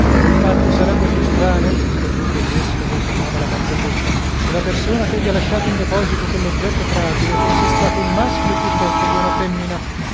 naturale il fatto sarebbe più strano interruppe il vescovo che amava la barzelletta se la persona che vi ha lasciato in deposito quell'oggetto fragile fosse stato un maschio piuttosto che una femmina